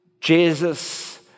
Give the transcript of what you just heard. Jesus